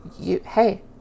Hey